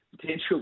potential